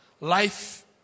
life